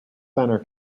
centre